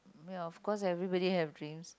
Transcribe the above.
I mean of course everybody have dreams